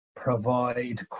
provide